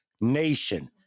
nation